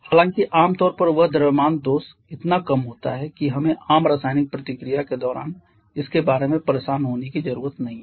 हालांकि आम तौर पर वह द्रव्यमान दोष इतना कम होता है कि हमें आम रासायनिक प्रतिक्रिया के दौरान इसके बारे में परेशान होने की जरूरत नहीं है